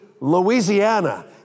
Louisiana